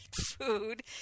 food